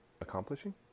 accomplishing